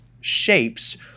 shapes